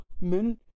men